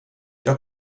jag